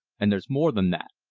and there's more than that.